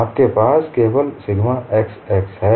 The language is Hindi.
आपके पास केवल सिग्मा xx है